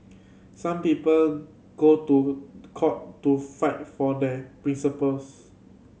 some people go to court to fight for their principles